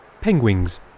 Penguins